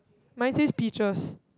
mine says pitchers